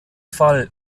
fall